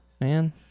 man